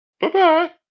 Bye-bye